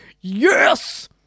yes